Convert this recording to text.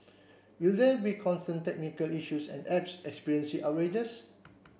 will there be constant technical issues and apps experiencing outrages